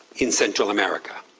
in central america.